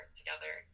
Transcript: together